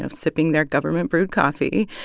um sipping their government-brewed coffee,